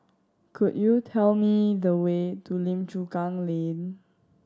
could you tell me the way to Lim Chu Kang Lane